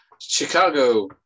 Chicago